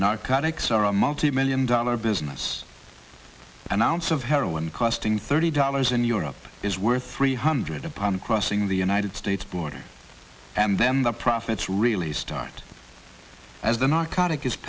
panics are a multi million dollar business announce of heroin costing thirty dollars in europe is worth three hundred upon crossing the united states border and then the profits really start as the narcotic is